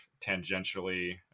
tangentially